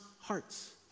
hearts